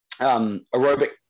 aerobic